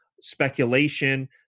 speculation